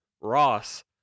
Ross